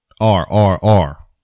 R-R-R